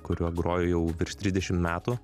kuriuo groju jau virš trisdešim metų